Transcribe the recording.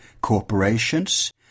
corporations